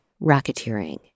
racketeering